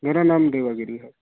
मेरा नाम देवा गिरी है